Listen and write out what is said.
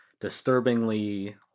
disturbingly